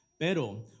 Pero